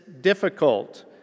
difficult